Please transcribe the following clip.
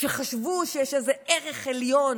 שחשבו שיש איזה ערך עליון,